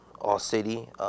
All-City